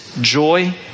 joy